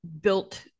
built